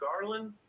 Garland